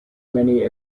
many